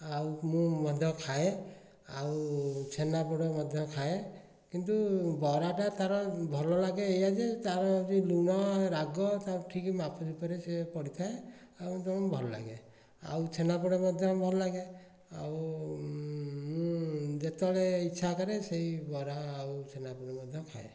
ଆଉ ମୁଁ ମଧ୍ୟ ଖାଏ ଆଉ ଛେନାପୋଡ଼ ମଧ୍ୟ ଖାଏ କିନ୍ତୁ ବରାଟା ତାର ଭଲଲାଗେ ଏଇଆ ଯେ ତାର ଯେଉଁ ଲୁଣ ରାଗ ତାକୁ ଠିକ୍ ମାପଚୁପରେ ସେ ପଡ଼ିଥାଏ ଆଉ ତେଣୁ ଭଲଲାଗେ ଆଉ ଛେନାପୋଡ଼ ମଧ୍ୟ ଭଲଲାଗେ ଆଉ ମୁଁ ଯେତେବେଳେ ଇଚ୍ଛା କରେ ସେହି ବରା ଆଉ ଛେନାପୋଡ଼ ମଧ୍ୟ ଖାଏ